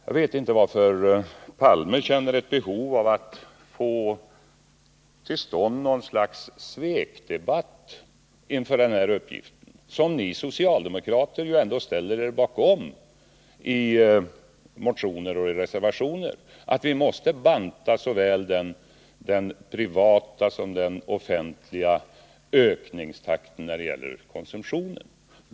Jag vet inte varför Olof Palme känner ett behov av att få till stånd något slags svekdebatt inför denna uppgift, som även ni socialdemokrater ställer er bakom i motioner och reservationer. Vi måste banta såväl den privata som den offentliga ökningstakten när det gäller konsumtionen.